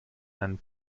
and